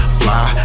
fly